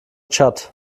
tschad